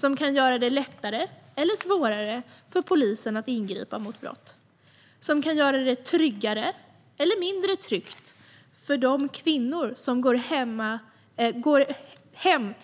De kan göra det lättare eller svårare för polisen att ingripa mot brott. De kan göra det tryggare eller mindre tryggt för de kvinnor som går hem på kvällen.